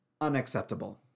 Unacceptable